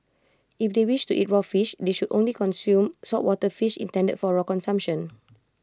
if they wish to eat raw fish they should only consume saltwater fish intended for raw consumption